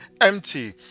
empty